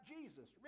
Jesus